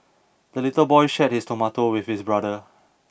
the little boy shared his tomato with his brother